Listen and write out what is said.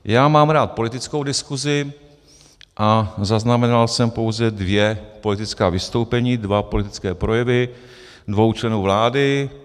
Já mám rád politickou diskusi a zaznamenal jsem pouze dvě politická vystoupení, dva politické projevy dvou členů vlády.